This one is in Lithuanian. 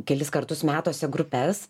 kelis kartus metuose grupes